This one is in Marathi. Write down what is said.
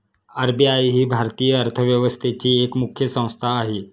आर.बी.आय ही भारतीय अर्थव्यवस्थेची एक मुख्य संस्था आहे